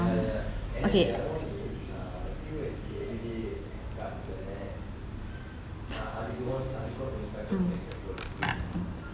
okay mm